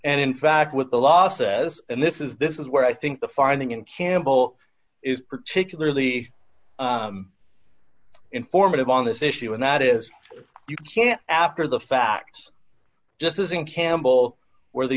and in fact with the law says and this is this is where i think the finding in campbell is particularly informative on this issue and that is you can after the facts just as in campbell where the